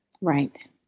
Right